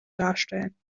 darstellen